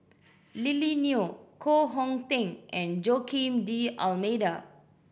Lily Neo Koh Hong Teng and Joaquim D'Almeida